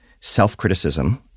self-criticism